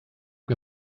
mir